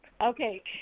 Okay